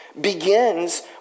begins